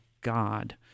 God